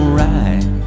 right